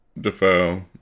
Defoe